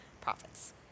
profits